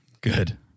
Good